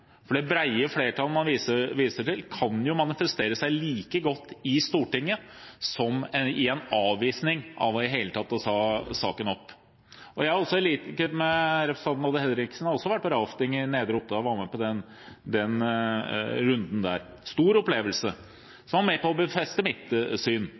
som i en avvisning av å ta saken opp i det hele tatt. Jeg har, i likhet med representanten Odd Henriksen, raftet i Nedre Otta – jeg var med på den runden. Det var en stor opplevelse, som var med på å befeste mitt syn.